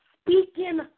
speaking